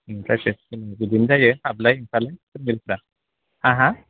private बिदिनो जायो हाबलाय ओंखारलाय फोरोंगिरिफ्रा हा हा